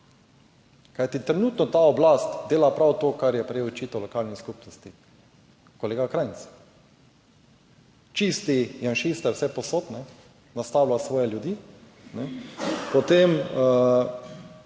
Kajti, trenutno ta oblast dela prav to, kar je prej očital lokalni skupnosti kolega Krajnc. Čisti janšiste vsepovsod, nastavlja svoje ljudi, potem